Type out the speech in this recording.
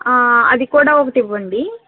అది కూడా ఒకటివ్వండి